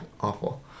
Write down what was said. awful